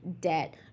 debt